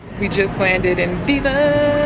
we just landed in viva